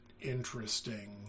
interesting